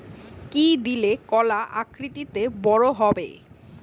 কি দিলে কলা আকৃতিতে বড় হবে?